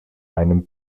einem